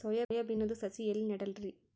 Soya ಬಿನದು ಸಸಿ ಎಲ್ಲಿ ನೆಡಲಿರಿ?